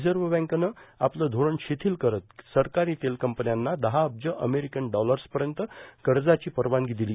reserve बँकेनं आपलं धोरण शिथील करत सरकारी तेल कंपन्यांना दहा अब्ज अमेरिकन डॉलर्सपर्यत कर्जाची परवानगी दिली